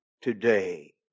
today